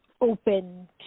open